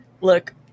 Look